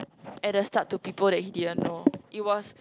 at the start to people that he didn't know it was